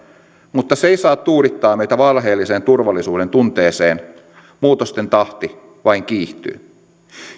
mutta se ei saa tuudittaa meitä valheelliseen turvallisuudentunteeseen muutosten tahti vain kiihtyy